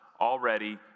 already